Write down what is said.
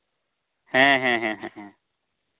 ᱦᱮᱸ ᱦᱮᱸ ᱦᱮᱸ